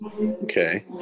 Okay